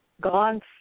gone